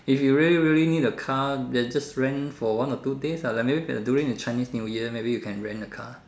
if you really really need a car then just rent for one or two days ah like maybe during Chinese New Year maybe you can rent a car